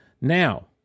Now